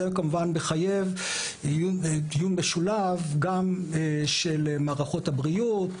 זה כמובן מחייב דיון משולב גם של מערכות הבריאות